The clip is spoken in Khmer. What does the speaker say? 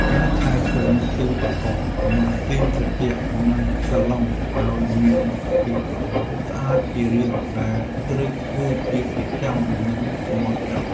ការថែទាំទូទឹកកកម៉ាស៊ីនត្រជាក់និងសាឡុងឱ្យមានសភាពល្អស្អាតជារឿងដែលត្រូវធ្វើជាប្រចាំនិងម៉ត់ចត់។